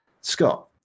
scott